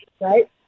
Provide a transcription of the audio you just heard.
Right